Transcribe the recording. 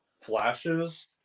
flashes